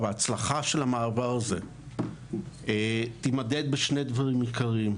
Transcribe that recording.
ההצלחה של המעבר הזה תימדד בשני דברים עיקריים: